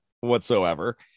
whatsoever